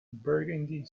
burgundy